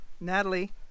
Natalie